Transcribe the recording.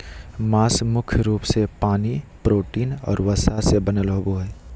मांस मुख्य रूप से पानी, प्रोटीन और वसा से बनल होबो हइ